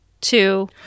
two